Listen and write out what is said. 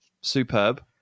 superb